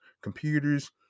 computers